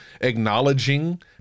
acknowledging